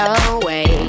away